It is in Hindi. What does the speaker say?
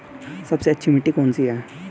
सबसे अच्छी मिट्टी कौन सी है?